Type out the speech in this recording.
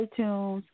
iTunes